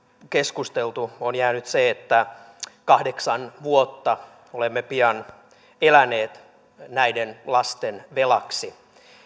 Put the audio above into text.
keskusteltu on jäänyt se että kahdeksan vuotta olemme pian eläneet näiden lasten velaksi